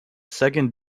second